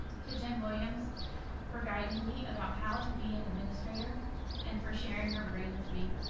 to jen williams for guiding me about how to be an administrator and for sharing her brain with me.